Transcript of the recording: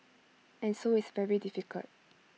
and so it's very difficult